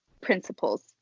principles